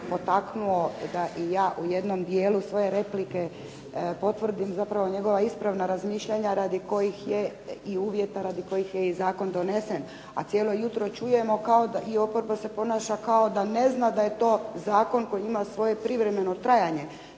potaknuo da i ja u jednom dijelu svoje replike potvrdim zapravo njegova ispravna razmišljanja i uvjeta radi kojih je i zakon donesen, a cijelo jutro čujemo i oporba se ponaša kao da ne zna da je to zakon koji ima svoje privremeno trajanje,